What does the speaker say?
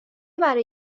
برای